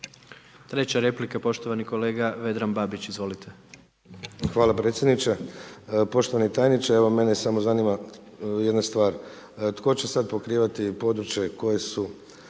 na 6. repliku, poštovani kolega Jovanović, izvolite.